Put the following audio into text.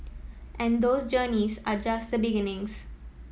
and those journeys are just the beginnings